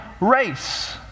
race